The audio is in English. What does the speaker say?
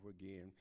again